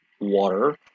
water